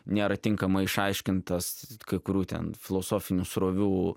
nėra tinkamai išaiškintas kai kurių ten filosofinių srovių